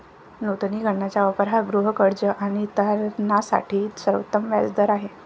नूतनीकरणाचा वापर हा गृहकर्ज आणि तारणासाठी सर्वोत्तम व्याज दर आहे